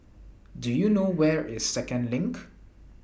Do YOU know Where IS Second LINK